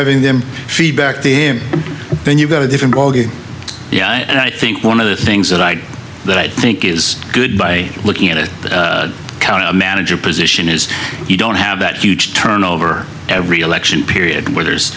having them feed back to him then you've got a different ballgame yeah and i think one of the things that i that i think is good by looking at it county manager position is you don't have that huge turnover every election period where